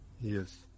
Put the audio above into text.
Yes